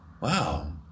wow